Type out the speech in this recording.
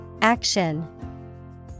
Action